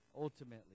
ultimately